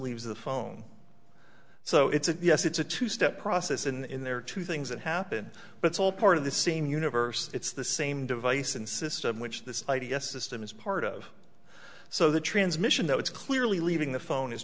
leaves the phone so it's a yes it's a two step process in there are two things that happen but it's all part of the same universe it's the same device and system which this i d s system is part of so the transmission that it's clearly leaving the phone is